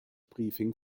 briefing